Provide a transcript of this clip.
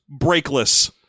breakless